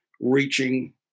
reaching